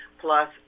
plus